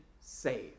save